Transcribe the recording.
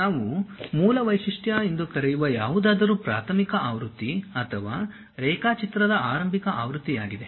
ನಾವು ಮೂಲ ವೈಶಿಷ್ಟ್ಯ ಎಂದು ಕರೆಯುವ ಯಾವುದಾದರೂ ಪ್ರಾಥಮಿಕ ಆವೃತ್ತಿ ಅಥವಾ ರೇಖಾಚಿತ್ರದ ಆರಂಭಿಕ ಆವೃತ್ತಿಯಾಗಿದೆ